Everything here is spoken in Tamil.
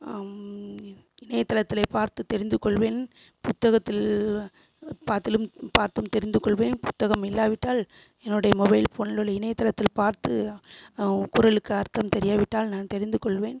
இணை இணையதளத்தில் பார்த்துத் தெரிந்துக் கொள்வேன் புத்தகத்தில் உள்ள பாத்திலும் பார்த்தும் தெரிந்துக் கொள்வேன் புத்தகம் இல்லா விட்டால் என்னுடைய மொபைல் ஃபோனில் உள்ள இணையதளத்தில் பார்த்து குறளுக்கு அர்த்தம் தெரியாவிட்டால் நான் தெரிந்துக் கொள்வேன்